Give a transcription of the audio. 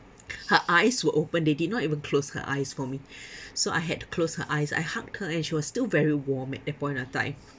her eyes were open they did not even close her eyes for me so I had to close her eyes I hugged her and she was still very warm at that point of time